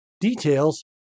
Details